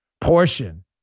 portion